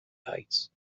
heights